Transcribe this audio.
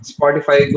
Spotify